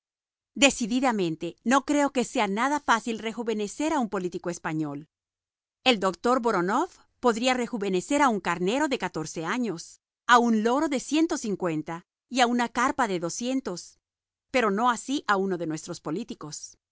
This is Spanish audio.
decididamente no creo que sea nada fácil rejuvenecer a un político español el doctor voronof podrá rejuvenecer a un carnero de catorce años a un loro de ciento cincuenta y a una carpa de doscientos pero no así a uno de nuestros políticos